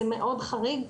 זה מאוד חריג.